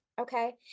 okay